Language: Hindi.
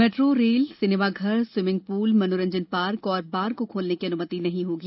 मेट्रो रेल सिनेमा घर स्वीमिंग पूल मनोरंजन पार्क और बार को खोलने की अनुमति नहीं होगी